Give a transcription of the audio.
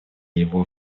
его